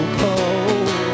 cold